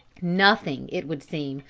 nothing, it would seem,